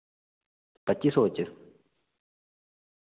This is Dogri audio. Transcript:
बत्ती सौ च